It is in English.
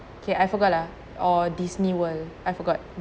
okay I forgot lah or Disney world I forgot